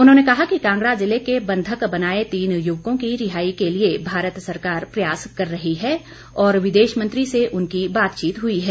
उन्होंने कहा कि कांगड़ा जिले के बंधक बनाए तीन युवकों की रिहाई के लिए भारत सरकार प्रयास कर रही है और विदेश मंत्री से उनकी बातचीत हुई है